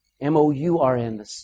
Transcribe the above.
M-O-U-R-N